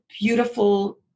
beautiful